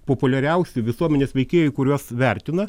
populiariausių visuomenės veikėjų kuriuos vertina